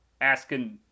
asking